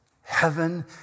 Heaven